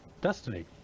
destiny